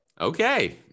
Okay